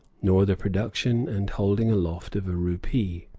nor the production and holding aloft of a rupee.